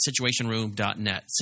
SituationRoom.net